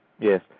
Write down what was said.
Yes